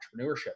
entrepreneurship